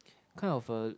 kind of uh